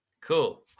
Cool